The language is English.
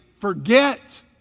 forget